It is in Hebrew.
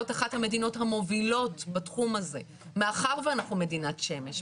אחת המדינות המובילות בתחום הזה מאחר ואנחנו מדינת שמש,